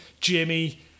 Jimmy